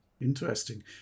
interesting